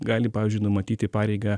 gali pavyzdžiui numatyti pareigą